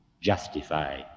justify